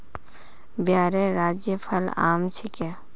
बिहारेर राज्य फल आम छिके